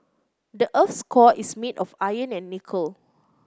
the earth's core is made of iron and nickel